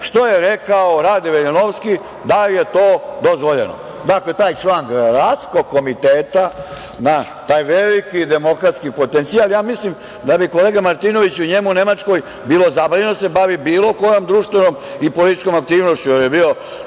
što je rekao Rade Veljanovski da je to dozvoljeno. Dakle, taj član gradskog komiteta, taj veliki demokratski potencijal, ja mislim da bi, kolega Martinoviću, njemu u Nemačkoj bilo zabranjeno da se bavi bilo kojom društvenom i političkom aktivnošću,